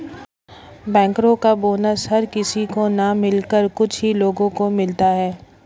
बैंकरो का बोनस हर किसी को न मिलकर कुछ ही लोगो को मिलता है